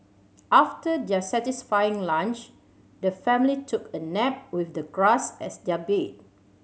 after their satisfying lunch the family took a nap with the grass as their bed